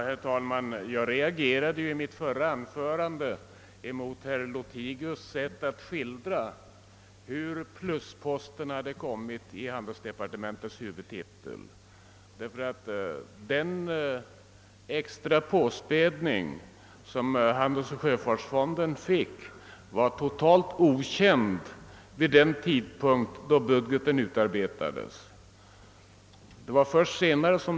Herr talman! Jag reagerade i mitt förra anförande emot herr Lothigius” sätt att skildra hur plusposten i handelsdepartementets huvudtitel hade kommit till, därför att den extra påspädning som handelsoch sjöfartsfonden fick var helt okänd vid den tidpunkt då budgeten utarbetades. Den blev känd först senare.